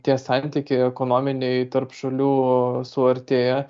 tie santykiai ekonominiai tarp šalių suartėja